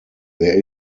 there